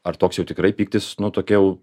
ar toks jau tikrai pyktis nu tokia jau